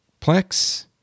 Plex